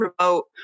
remote